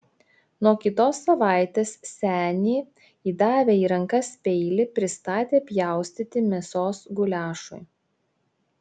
nuo kitos savaitės senį įdavę į rankas peilį pristatė pjaustyti mėsos guliašui